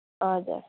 हजुर